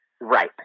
Right